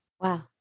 Wow